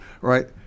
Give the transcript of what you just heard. right